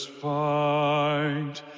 fight